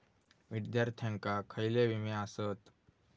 विद्यार्थ्यांका खयले विमे आसत?